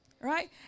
Right